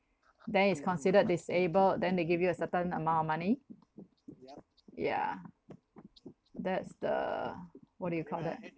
then is considered disabled then they give you a certain amount of money yeah that's the what do you call that